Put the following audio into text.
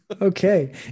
Okay